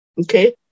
Okay